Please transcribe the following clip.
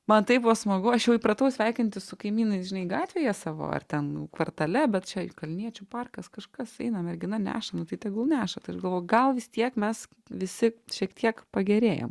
man taip buvo smagu aš jau įpratau sveikintis su kaimynais žinai gatvėje savo ar ten kvartale bet čia juk kalniečių parkas kažkas eina mergina neša nu tai tegul neša tai aš galvoju gal vis tiek mes visi šiek tiek pagerėjom